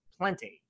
plenty